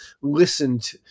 listened